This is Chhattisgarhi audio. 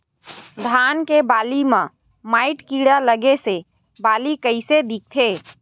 धान के बालि म माईट कीड़ा लगे से बालि कइसे दिखथे?